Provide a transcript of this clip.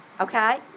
okay